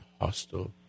hostile